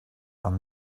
have